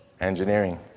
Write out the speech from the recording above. Engineering